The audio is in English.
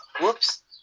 Whoops